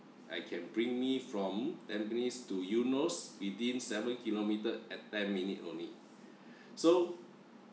I can bring me from tampines to eunos within seven kilometer at ten minute only so